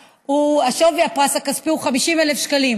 שווי הפרס הכספי הוא 50,000 שקלים,